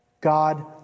God